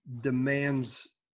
demands